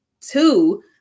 Two